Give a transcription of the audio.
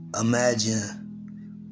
imagine